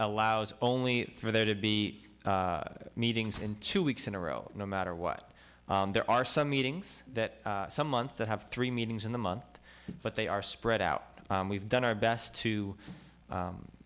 allows only for there to be meetings in two weeks in a row no matter what there are some meetings that some months that have three meetings in the month but they are spread out we've done our best to